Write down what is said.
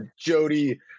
Jody